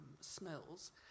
smells